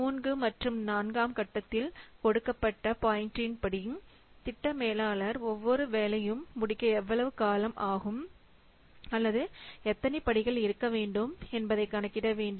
3 மற்றும் 4 ஆம் கட்டத்தில் கொடுக்கப்பட்ட பாய்ன்டின் படி திட்ட மேலாளர் ஒவ்வொரு வேலையும் முடிக்க எவ்வளவு காலம் ஆகும் அல்லது எத்தனை படிகள் இருக்க வேண்டும் என்பதை கணக்கிட வேண்டும்